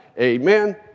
Amen